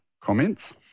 Comments